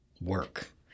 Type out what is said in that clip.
work